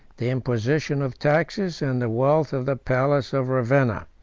the imposition of taxes, and the wealth of the palace of ravenna.